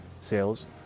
sales